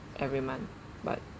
every month but